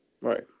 Right